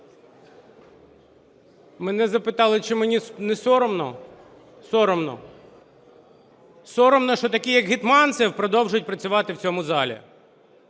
мене запитали, чи мені не соромно. Соромно. Соромно, що такі, як Гетманцев, продовжують працювати в цьому залі.